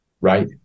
Right